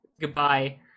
goodbye